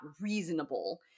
reasonable